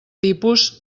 tipus